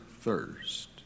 thirst